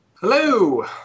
Hello